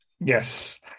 yes